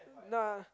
nah